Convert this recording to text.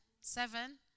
Seven